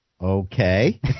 Okay